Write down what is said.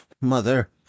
mother